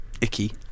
icky